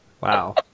wow